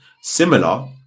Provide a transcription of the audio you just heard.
Similar